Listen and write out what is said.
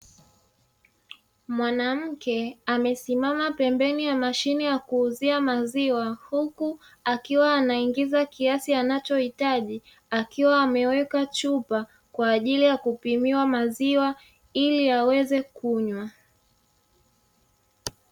Mwanamke amesimama pembeni ya mashine ya kuuzia maziwa. Huku akiwa anaingiza kiasi anachohitaji akiwa ameweka chupa kwa ajili ya kupimiwa maziwa ili aweze kunywa.